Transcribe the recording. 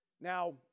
Now